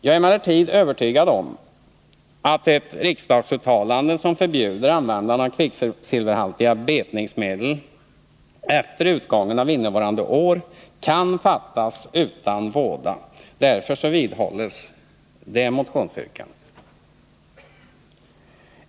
Jag är emellertid helt övertygad om att ett riksdagsuttalande som förbjuder användande av kvicksilverhaltiga betningsmedel efter utgången av innevarande år kan fattas utan våda. Därför vidhålles det motionsyrkandet.